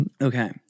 Okay